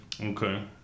Okay